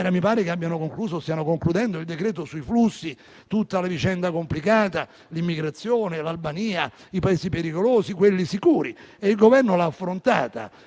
Camera abbiano concluso o stiano concludendo il decreto sui flussi. Una vicenda complicata, con l'immigrazione, l'Albania, i Paesi pericolosi e quelli sicuri, e il Governo l'ha affrontata.